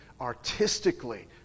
artistically